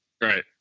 Right